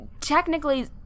technically